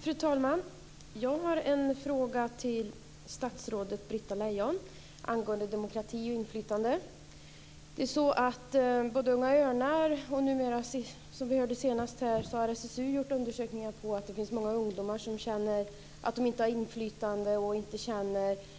Fru talman! Jag har en fråga till statsrådet Britta Både Unga Örnar och, som vi senast hört, numera även SSU har gjort undersökningar som visar att många ungdomar känner sig inte ha inflytande och